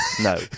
No